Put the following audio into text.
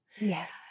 Yes